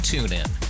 TuneIn